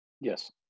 Yes